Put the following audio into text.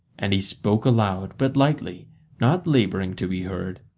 and he spoke aloud, but lightly not labouring to be heard.